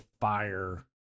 fire